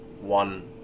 one